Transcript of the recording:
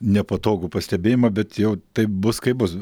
nepatogų pastebėjimą bet jau taip bus kaip bus